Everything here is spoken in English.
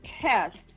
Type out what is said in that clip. test